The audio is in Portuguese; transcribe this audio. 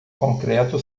concreto